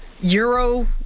Euro